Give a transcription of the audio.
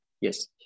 Yes